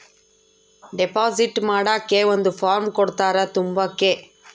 deposit ಮಾಡಕ್ಕೆ ಒಂದ್ form ಕೊಡ್ತಾರ ತುಂಬಕ್ಕೆ